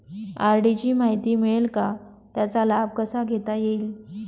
RD ची माहिती मिळेल का, त्याचा लाभ कसा घेता येईल?